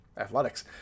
athletics